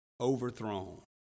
overthrown